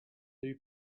three